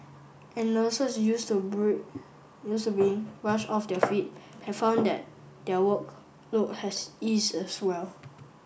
and nurses used to bring used to being rushed off their feet have found that their workload has eased as well